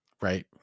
Right